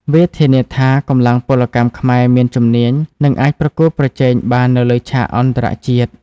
វាធានាថាកម្លាំងពលកម្មខ្មែរមានជំនាញនិងអាចប្រកួតប្រជែងបាននៅលើឆាកអន្តរជាតិ។